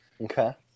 Okay